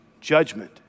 judgment